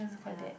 ya